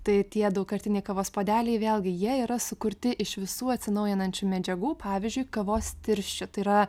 tai tie daugkartiniai kavos puodeliai vėlgi jie yra sukurti iš visų atsinaujinančių medžiagų pavyzdžiui kavos tirščių tai yra